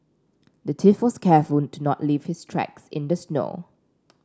the thief was careful to not leave his tracks in the snow